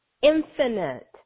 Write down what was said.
infinite